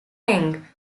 ming